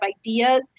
ideas